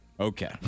Okay